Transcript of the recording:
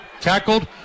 Tackled